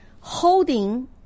holding